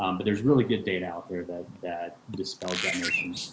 um but there's really good data out there that that dispels that notion.